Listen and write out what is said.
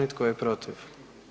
I tko je protiv?